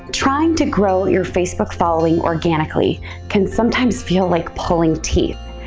trying to grow your facebook following organically can sometimes feel like pulling teeth.